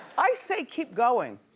i say keep going.